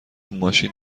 ماشین